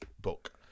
book